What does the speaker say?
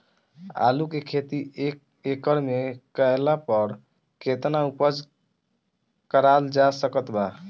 आलू के खेती एक एकड़ मे कैला पर केतना उपज कराल जा सकत बा?